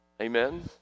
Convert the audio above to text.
amen